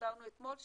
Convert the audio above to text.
שהסברנו אתמול,